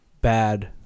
bad